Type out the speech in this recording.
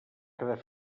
quedar